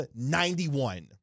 91